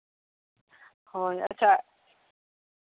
ᱦᱳᱭ ᱟᱪᱪᱷᱟ